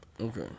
Okay